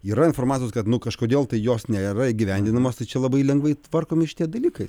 yra informacijos kad nu kažkodėl tai jos nėra įgyvendinamos tai čia labai lengvai tvarkomi šitie dalykai